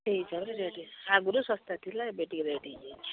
ସେଇ ହିସାବରେ ରେଟ୍ ଆଗରୁ ଶସ୍ତା ଥିଲା ଏବେ ଟିକେ ରେଟ୍ ହେଇଯାଇଛି